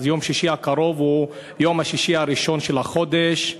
אז יום שישי הקרוב הוא יום השישי הראשון של החודש.